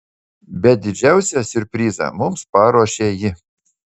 bet didžiausią siurprizą mums paruošė ji